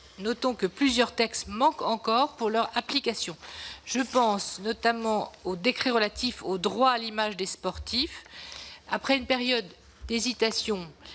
sport, plusieurs textes manquent encore pour son application. Je pense, notamment, au décret relatif au droit à l'image des sportifs. Après une période d'hésitation,